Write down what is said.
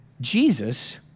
Jesus